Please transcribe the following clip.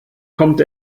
kommt